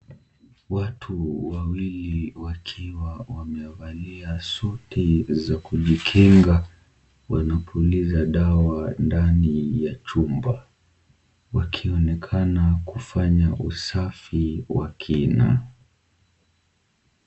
Watu wawili wakiwa wamevalia suti za kujikinga. Wanapuliza dawa ndani ya chumba, wakionekana kufanya usafi wa kina.